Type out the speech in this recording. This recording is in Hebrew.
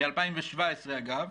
מ-2017 אגב,